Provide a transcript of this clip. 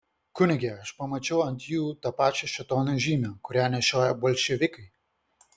kunige aš pamačiau ant jų tą pačią šėtono žymę kurią nešioja bolševikai